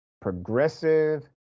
progressive